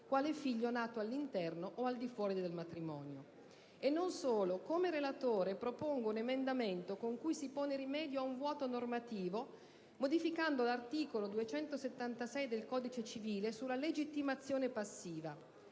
quale figlio nato all'interno o al di fuori del matrimonio. Non solo: come relatore propongo un emendamento con cui si pone rimedio ad un vuoto normativo, modificando l'articolo 276 del codice civile sulla legittimazione passiva.